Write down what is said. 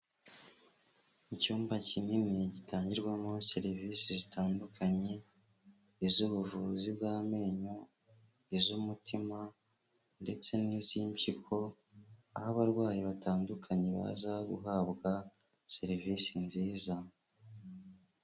Icyumba kinini gitangirwamo serivisi zitandukanye, iz'ubuvuzi bw'amenyo, iz'umutima ndetse n'iz'impyiko, aho abarwayi batandukanye baza guhabwa serivisi nziza.